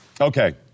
Okay